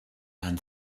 hand